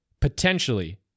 potentially